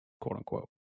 quote-unquote